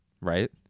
right